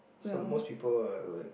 some most people are like